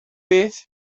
beth